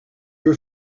were